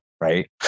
right